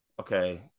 Okay